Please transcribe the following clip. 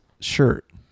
shirt